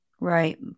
Right